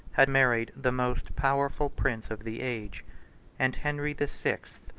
had married the most powerful prince of the age and henry the sixth,